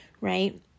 right